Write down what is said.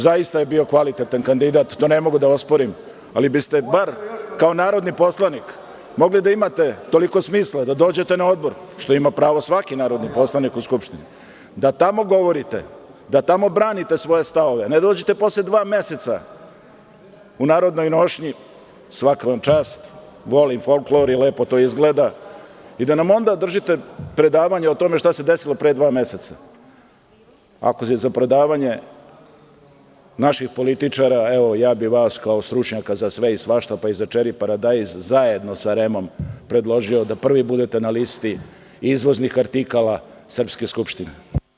Zaista je bio kvalitetan kandidat, to ne mogu da osporim, ali biste bar kao narodni poslanik mogli da imate toliko smisla da dođete na odbor, što ima pravo svaki narodni poslanik u Skupštini, da tamo govorite, da tamo branite svoje stavove, ne da dođete posle dva meseca u narodnoj nošnji, svaka vam čast, volim folklor i lepo to izgleda i da nam onda držite predavanje o tome šta se desilo pre dva meseca, ako ste za predavanje naših političara, evo ja bih vas kao stručnjaka za sve i svašta pa i za čeri paradajz, zajedno sa REM-om predložio da prvi budete na listi izvoznih artikala srpske Skupštine.